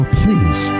please